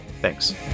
Thanks